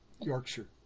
yorkshire